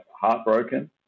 heartbroken